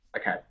Okay